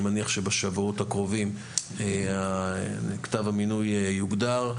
אני מניח שבשבועות הקרובים כתב המינוי יוגדר,